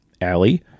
Allie